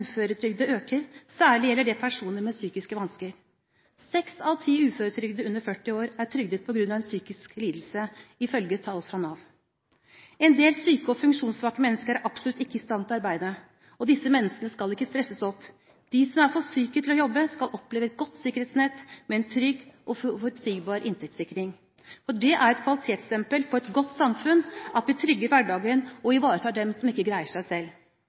uføretrygdede øker, særlig gjelder det personer med psykiske vansker. Seks av ti uføretrygdede under 40 år er trygdet på grunn av en psykisk lidelse, ifølge tall fra Nav. En del syke og funksjonssvake mennesker er absolutt ikke i stand til å arbeide. Disse menneskene skal ikke stresses opp. De som er for syke til å jobbe, skal oppleve å ha et godt sikkerhetsnett med en trygg og forutsigbar inntektssikring. Det er et kvalitetsstempel på et godt samfunn at vi trygger hverdagen og ivaretar dem som ikke greier seg selv.